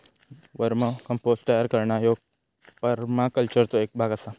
वर्म compost तयार करणा ह्यो परमाकल्चरचो एक भाग आसा